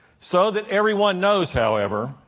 so that everyone knows, however,